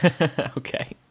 Okay